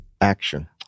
action